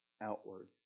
outward